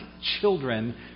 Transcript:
children